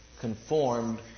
conformed